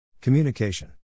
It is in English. Communication